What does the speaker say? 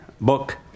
book